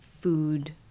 food